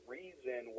reason